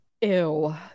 Ew